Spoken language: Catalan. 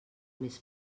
més